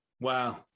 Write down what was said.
Wow